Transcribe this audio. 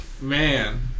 man